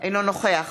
אינו נוכח